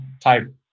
type